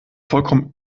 vollkommen